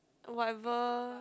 whatever